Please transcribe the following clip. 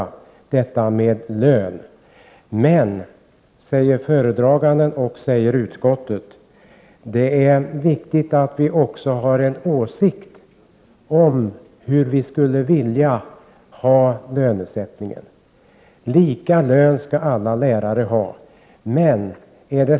Föredraganden i utskottet, liksom utskottet i sin helhet, säger emellertid att det är viktigt att vi också har en åsikt om hur vi skulle vilja ha lönesättningen. Alla lärare skall ha lika lön.